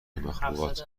مخلوقات